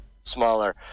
smaller